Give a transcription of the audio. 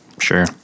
sure